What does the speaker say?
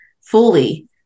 fully